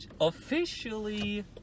officially